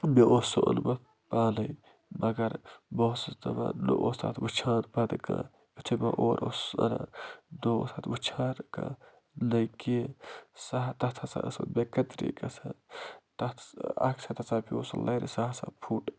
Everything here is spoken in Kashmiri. مےٚ اوس سُہ اوٚنمُت پانَے مگر بہٕ اوسُس دپان نہٕ اوس تَتھ وٕچھان پَتہٕ کانٛہہ یِتھُے بہٕ اورٕ اوسُس اَنان نہٕ اوس اَتھ وٕچھان کانٛہہ نہ کیٚنہہ سُہ ہہ تَتھ ہسا ٲس وۄنۍ بیٚیہِ بے قدری گژھان تَتھ اَکہِ ساتہٕ ہسا پیوٚو سُہ لَرِ سُہ ہسا فُٹ